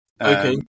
Okay